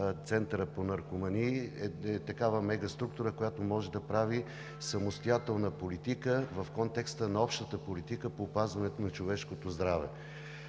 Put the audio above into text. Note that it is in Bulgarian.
Центъра по наркомании, е такава мегаструктура, която може да прави самостоятелна политика, в контекста на общата политика по опазването на човешкото здраве.